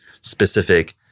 specific